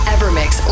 Evermix